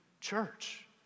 Church